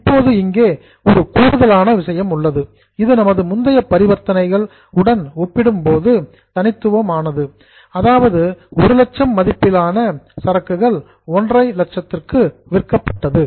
இப்போது இங்கே ஒரு கூடுதலான விஷயம் உள்ளது இது நமது முந்தைய பரிவர்த்தனைகள் உடன் ஒப்பிடும்போது யுனிக் தனித்துவமானது அதாவது 100000 மதிப்பிலான இன்வெண்டரி சரக்குகள் 150000 க்கு விற்கப்பட்டது